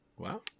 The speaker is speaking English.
Wow